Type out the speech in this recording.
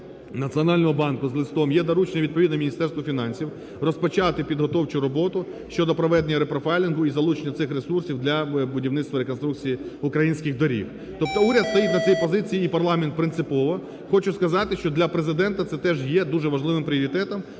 Національного банку з листом, є доручення відповідне Міністерству фінансів розпочати підготовчу роботу щодо проведення репрофайлінгу і залучення цих ресурсів для будівництва і реконструкції українських доріг. Тобто уряд стоїть на цій позиції і парламент принципово. Хочу сказати, що для Президента це теж є дуже важливим пріоритетом